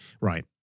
right